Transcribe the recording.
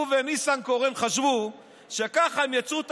הוא וניסנקורן חשבו שככה הם ייצרו את